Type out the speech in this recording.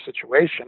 situation